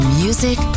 music